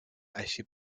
així